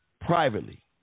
privately